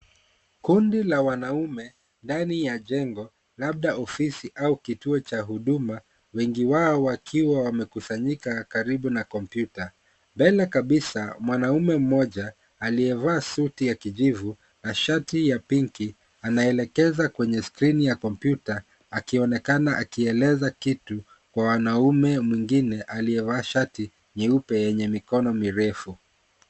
Kundi la wanaume, ndani ya jengo, labda ofisi au kituo cha huduma, wengi wao wakiwa wamekusanyika karibu na kompyuta. Mbele kabisa mwanaume mmoja aliyevaa suti ya kijivu na shati ya pinki, anaelekeza kwenye screeni ya kompyuta akionekana akieleza kitu kwa mwanaume mwingine aliyevaa shati nyeupe yenye mikono mirefu.